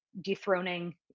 dethroning